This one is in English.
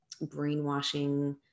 brainwashing